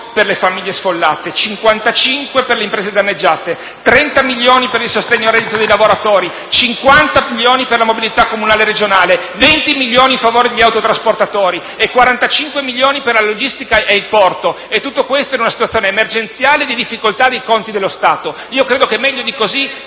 per le famiglie sfollate, 55 milioni per le imprese danneggiate, 30 milioni per il sostegno al reddito dei lavoratori, 50 milioni per la mobilità comunale e regionale, 20 milioni in favore gli autotrasportatori e 45 milioni per la logistica e il porto e tutto questo in una situazione emergenziale di difficoltà dei conti dello Stato. Io credo che meglio di così